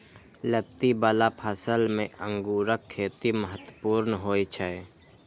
लत्ती बला फसल मे अंगूरक खेती महत्वपूर्ण होइ छै